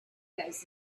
has